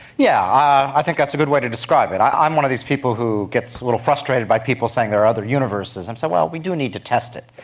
yeah i think that's a good way to describe it. i'm one of these people who gets a little frustrated by people saying there are other universes. so well, we do need to test it.